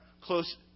close